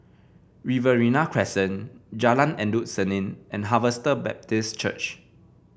Riverina Crescent Jalan Endut Senin and Harvester Baptist Church